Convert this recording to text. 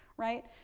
right,